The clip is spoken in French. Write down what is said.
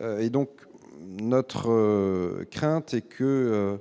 et donc notre crainte est que